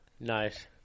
Nice